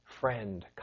friend